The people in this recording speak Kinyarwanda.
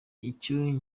icyo